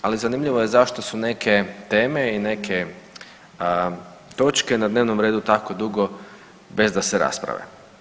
Ali zanimljivo je zašto su neke teme i neke točke na dnevnom redu tako dugo bez da se rasprave.